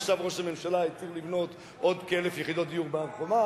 עכשיו ראש הממשלה התיר לבנות עוד כ-1,000 יחידות בהר-חומה,